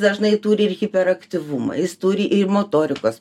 dažnai turi ir hiperaktyvumo jis turi ir motorikos